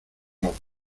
los